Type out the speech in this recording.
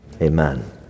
Amen